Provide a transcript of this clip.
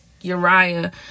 Uriah